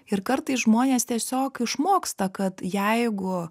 ir kartais žmonės tiesiog išmoksta kad jeigu